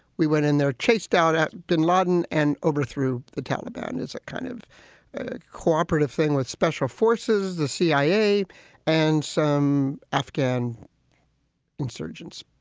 we went in there, chased out out bin laden and overthrew the taliban. and it's a kind of co-operative thing with special forces, the cia and some afghan insurgents.